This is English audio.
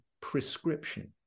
prescription